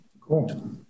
Cool